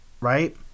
right